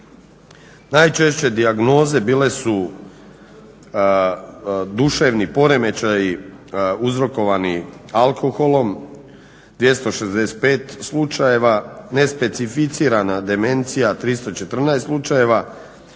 Najčešće dijagnoze bile su duševni poremećaji uzrokovani alkoholom 265 slučaja, nespecificirana demencija 314 slučajeva,